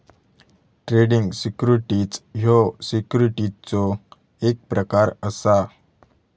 trading securities ह्यो सिक्युरिटीजचो एक प्रकार असा